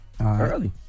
Early